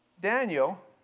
Daniel